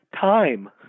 time